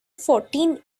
fourteen